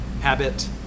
habit